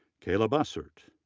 kayla bussert,